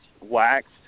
waxed